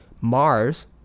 Mars